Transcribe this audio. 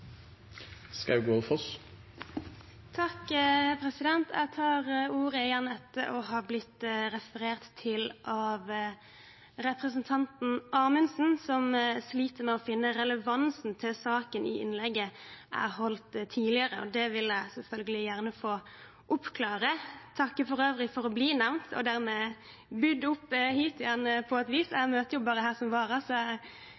Amundsen, som sliter med å finne relevansen til saken i innlegget jeg holdt tidligere. Det vil jeg selvfølgelig gjerne få oppklare. Jeg takker for øvrig for å bli nevnt og dermed bydd opp igjen hit, på et vis